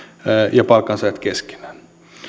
ja palkansaajat keskenään